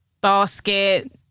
basket